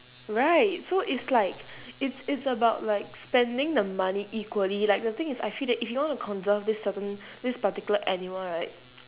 right so it's like it's it's about like spending the money equally like the thing is I feel that if you want to conserve this certain this particular animal right